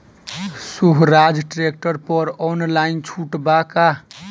सोहराज tractor पर online छूट बा का?